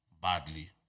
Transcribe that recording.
badly